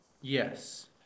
Yes